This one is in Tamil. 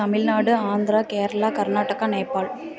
தமிழ்நாடு ஆந்திரா கேரளா கர்நாடகா நேபால்